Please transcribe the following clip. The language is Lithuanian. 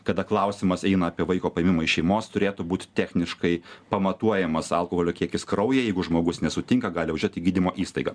kada klausimas eina apie vaiko paėmimą iš šeimos turėtų būt techniškai pamatuojamas alkoholio kiekis kraujyje jeigu žmogus nesutinka gali važiuot į gydymo įstaigą